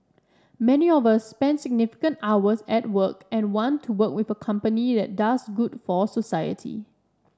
many of us spend significant hours at work and want to work with a company that does good for society